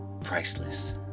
priceless